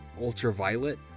ultraviolet